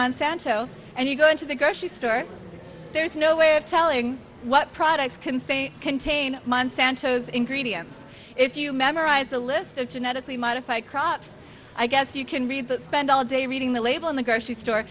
month santo and you go into the grocery store there's no way of telling what products can say contain monsanto's ingredients if you memorize a list of genetically my if i cry i guess you can read but spend all day reading the label in the grocery store